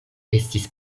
estis